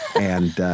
and,